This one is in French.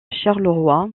charleroi